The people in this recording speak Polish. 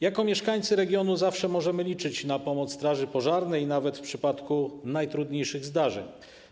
Jako mieszkańcy regionu zawsze możemy liczyć na pomoc straży pożarnej nawet w przypadku najtrudniejszych zdarzeń.